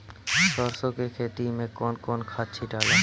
सरसो के खेती मे कौन खाद छिटाला?